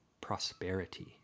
prosperity